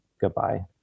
goodbye